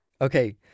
Okay